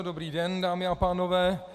Dobrý den, dámy a pánové.